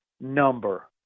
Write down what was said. number